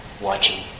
watching